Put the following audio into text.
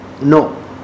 No